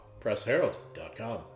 pressherald.com